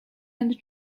and